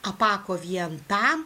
apako vien tam